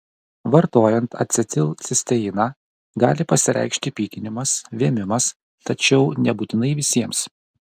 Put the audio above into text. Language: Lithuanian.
vartojant acetilcisteiną gali pasireikšti pykinimas vėmimas tačiau nebūtinai visiems